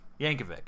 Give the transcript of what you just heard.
Yankovic